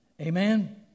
Amen